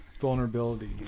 vulnerability